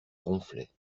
ronflait